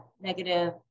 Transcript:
negative